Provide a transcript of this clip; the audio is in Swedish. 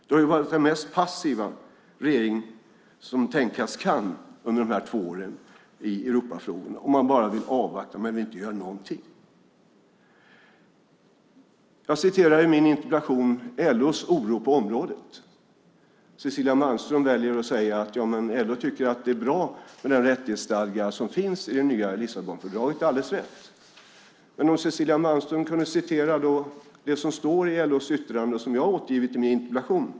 Det har varit den mest passiva regering som tänkas kan under de här två åren i Europafrågorna. Man vill bara avvakta och inte göra någonting. I min interpellation citerar jag LO:s oro på området. Cecilia Malmström väljer att säga att LO tycker att det är bra med den rättighetsstadga som finns i det nya Lissabonfördraget. Det är alldeles rätt, men Cecilia Malmström kunde också citera det som står i LO:s yttrande och som jag har återgivit i min interpellation.